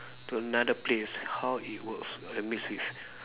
to another place how it works I mix with